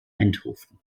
eindhoven